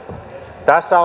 tässä